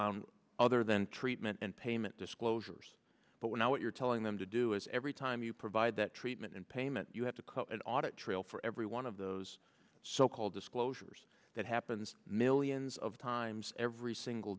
other than treatment and payment disclosures but we're now what you're telling them to do is every time you provide that treatment and payment you have to call it audit trail for every one of those so called disclosures that happens millions of times every single